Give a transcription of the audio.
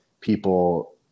people